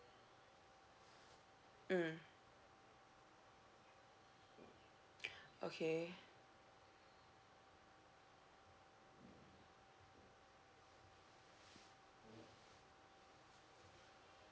mm okay